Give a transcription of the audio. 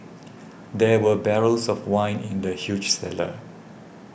there were barrels of wine in the huge cellar